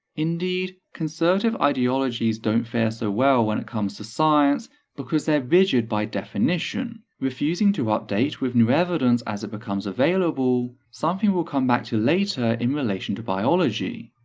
indeed, conservative ideologies don't fare so well when it comes to science because they're rigid by definition, refusing to update with new evidence as it becomes available, something we'll come back to later in relation to biology.